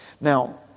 Now